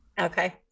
Okay